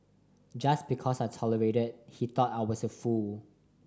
just because I tolerated he thought I was a fool